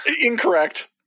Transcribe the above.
Incorrect